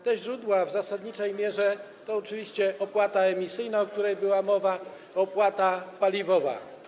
Te źródła w zasadniczej mierze, to oczywiście opłata emisyjna, o której była mowa, opłata paliwowa.